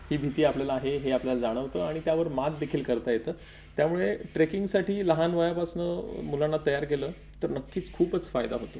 ही भीती आपल्याला आहे हे आपल्याला जाणवतं आणि त्यावर मात देखील करता येतं त्यामुळे ट्रेकिंगसाठी लहान वयापासून मुलांना तयार केलं तर नक्कीच खूपच फायदा होतो